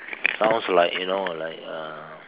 sounds like you know like uh